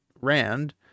Rand